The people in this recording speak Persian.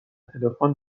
تلفن